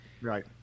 right